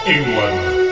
England